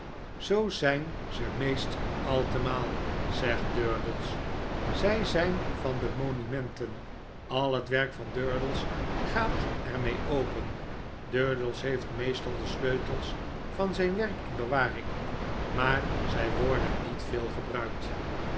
zoo zijn ze meest altemaav zegt durdels zij zijn van de monumenten al het werk van durdels gaat er mee open durdels heeft meestal de sleutels van zijn werk in bewaring maar zij worderi niet veel gebruikt